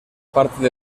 parte